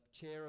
chair